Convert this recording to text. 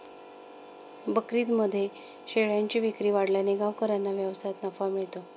बकरीदमध्ये शेळ्यांची विक्री वाढल्याने गावकऱ्यांना व्यवसायात नफा मिळतो